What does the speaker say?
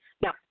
Now